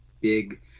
big